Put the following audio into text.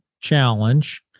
challenge